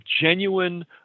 genuine